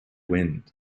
wind